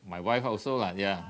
my wife also lah yeah